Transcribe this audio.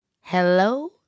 Hello